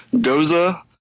Goza